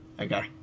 Okay